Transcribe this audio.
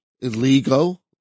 illegal